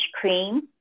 cream